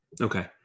Okay